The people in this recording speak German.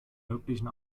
möglichen